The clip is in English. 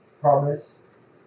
promise